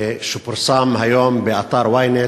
ופורסם היום באתר ynet,